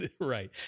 Right